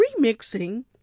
Remixing